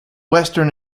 western